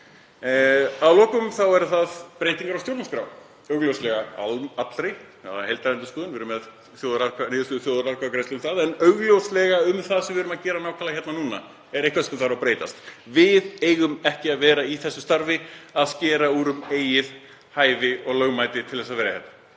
lokum eru það breytingar á stjórnarskrá, augljóslega allri, heildarendurskoðun, við höfum niðurstöðu þjóðaratkvæðagreiðslu um það en augljóslega um það sem við erum að gera nákvæmlega núna, það er eitthvað sem þarf að breytast. Við eigum ekki að vera í því starfi að skera úr um eigið hæfi og lögmæti til að vera hérna.